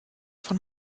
von